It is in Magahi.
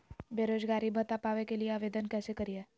बेरोजगारी भत्ता पावे के लिए आवेदन कैसे करियय?